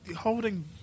holding